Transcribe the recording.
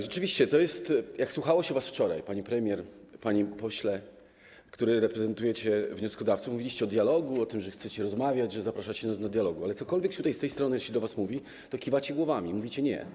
Rzeczywiście, jak słuchało się was wczoraj, pani premier, panie pośle, którzy reprezentujecie wnioskodawców, mówiliście o dialogu, o tym, że chcecie rozmawiać, że zapraszacie nas do dialogu, ale cokolwiek z tej strony się do was mówi, to kiwacie głowami i mówicie: nie.